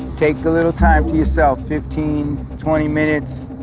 take a little time to yourself, fifteen, twenty minutes